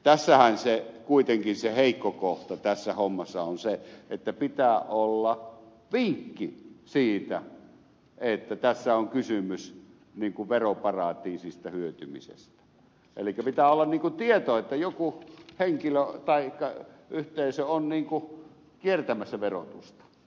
tässähän kuitenkin se heikko kohta tässä hommassa on se että pitää olla vinkki siitä että tässä on kysymys veroparatiisista hyötymisestä elikkä pitää olla tieto että joku henkilö taikka yhteisö on kiertämässä verotusta